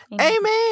Amen